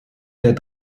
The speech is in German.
der